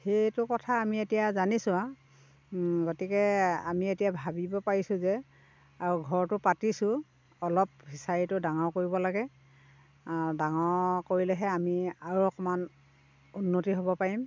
সেইটো কথা আমি এতিয়া জানিছোঁ আৰু গতিকে আমি এতিয়া ভাবিব পাৰিছোঁ যে আৰু ঘৰতো পাতিছোঁ অলপ ফিছাৰীটো ডাঙৰ কৰিব লাগে ডাঙৰ কৰিলেহে আমি আৰু অকমান উন্নতি হ'ব পাৰিম